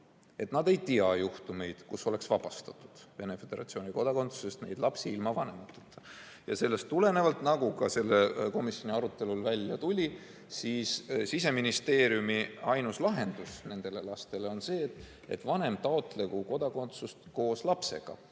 Nad ei tea juhtumeid, kus laps oleks vabastatud Venemaa Föderatsiooni kodakondsusest ilma vanemateta, ja sellest tulenevalt, nagu ka sellel komisjoni arutelul välja tuli, Siseministeeriumi ainus lahendus nendele lastele on see, et vanem taotlegu Eesti kodakondsust koos lapsega.